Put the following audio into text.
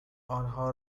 آنها